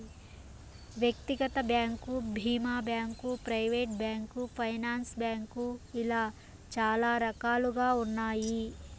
వ్యక్తిగత బ్యాంకు భీమా bank, private bank, finance bank ఇలా చాలా రకాలుగా ఉన్నాయి